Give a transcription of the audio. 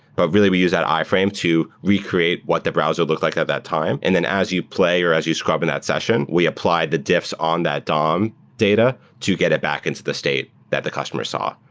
but really we use that iframe to recreate what the browser looked like at that time. and then as you play or as you scrub in that session, we apply the diffs on that dom data to get it back into the state that the customer saw.